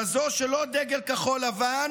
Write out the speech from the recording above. כזו שלא דגל כחול-לבן